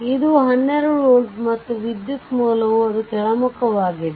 ಇದು 12 ವೋಲ್ಟ್ ಮತ್ತು ವಿದ್ಯುತ್ ಮೂಲವು ಅದು ಕೆಳಮುಖವಾಗಿದೆ